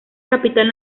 capital